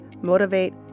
motivate